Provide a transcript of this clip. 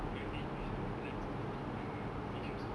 then they use the plants to feed the fish also